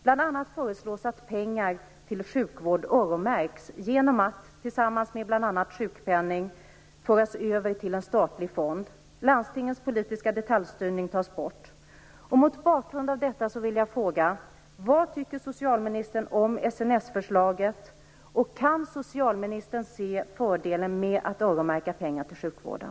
Bl.a. föreslås att pengar till sjukvård öronmärks genom att tillsammans med sjukpenning m.m. föras över till en statlig fond. Landstingens politiska detaljstyrning tas bort. Mot bakgrund av detta frågar jag: Vad tycker socialministern om SNS-förslaget och kan hon se fördelen med att öronmärka pengar till sjukvården?